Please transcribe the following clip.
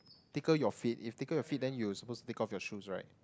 tickle your feet if tickle your feet then you supposed to take off your shoes right